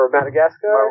Madagascar